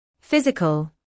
physical